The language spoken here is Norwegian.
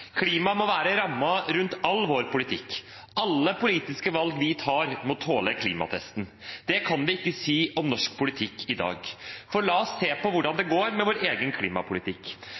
Klimaet må være rammen rundt all vår politikk. Alle politiske valg vi tar, må tåle klimatesten. Det kan vi ikke si om norsk politikk i dag, for la oss se på hvordan det går med vår egen klimapolitikk.